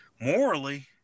Morally